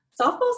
Softball